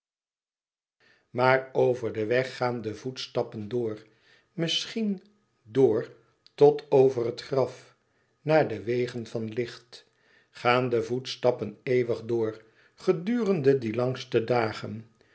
maar over den weg gaan de voetstappen door misschien door tot over het graf naar de wegen van licht gaan de voetstappen eeuwig door gedurende die langste dagen